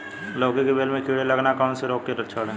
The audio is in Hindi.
लौकी की बेल में कीड़े लगना कौन से रोग के लक्षण हैं?